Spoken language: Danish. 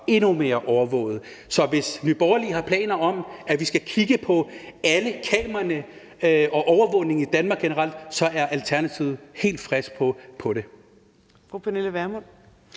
endnu mere overvåget. Så hvis Nye Borgerlige har planer om, at vi skal kigge på alle kameraerne og overvågningen i Danmark generelt, så er Alternativet helt frisk på det.